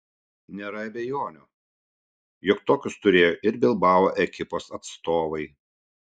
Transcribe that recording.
nėra abejonių jog tokius turėjo ir bilbao ekipos atstovai